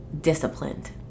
disciplined